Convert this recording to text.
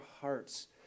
hearts